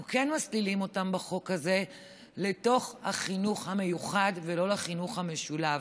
אנחנו כן מסלילים אותם בחוק הזה לתוך החינוך המיוחד ולא לחינוך המשולב.